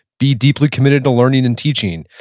be deeply committed to learning and teaching.